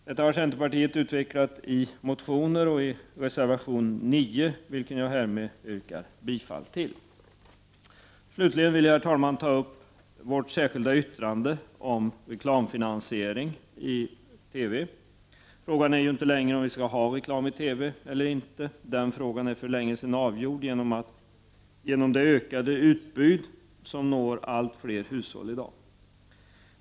Detta har centerpartiet utvecklat i motioner och i reservation 9, vilken jag härmed yrkar bifall till. Herr talman! Jag vill ta upp vårt särskilda yttrande om reklamfinansiering av TV. Frågan är inte längre om vi skall ha reklam i TV eller inte. Den frågan är för länge sedan avgjord genom det ökade utbud som når allt fler hushåll i dag.